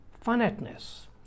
finiteness